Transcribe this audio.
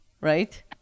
right